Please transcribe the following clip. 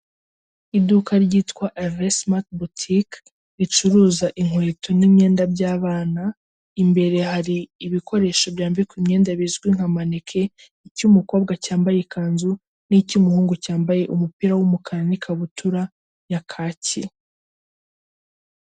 Iduka ryitwa eva simati butike ricuruza inkweto n'imyenda by'abana, imbere hari ibikoresho byambikwa imyenda bizwi nka maneke, icy'umukobwa cyambaye ikanzu, n'icy'umuhungu cyambaye umupira w'umukara n'ikabutura ya kaki.